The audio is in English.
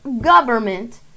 government